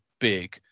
big